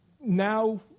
Now